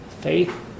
faith